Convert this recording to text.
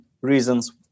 reasons